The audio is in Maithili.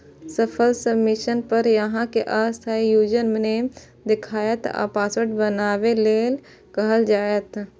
सफल सबमिशन पर अहां कें अस्थायी यूजरनेम देखायत आ पासवर्ड बनबै लेल कहल जायत